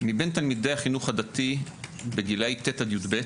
מבין תלמידי החינוך הדתי בגילאי ט' עד יב',